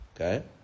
Okay